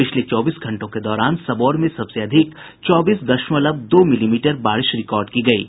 पिछले चौबीस घंटों के दौरान सबौर में सबसे अधिक चौबीस दशमलव दो मिलीमीटर बारिश रिकार्ड की गयी